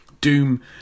Doom